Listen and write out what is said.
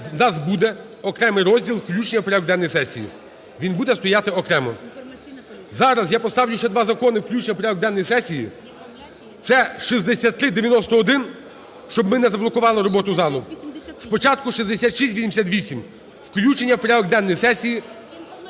у нас буде окремий розділ "включення в порядок денний сесії", він буде стояти окремо. Зараз я поставлю ще два закони включення в порядок денний сесії, це 6391, щоб ми не заблокували роботу залу. Спочатку 6688, включення в порядок денний сесії,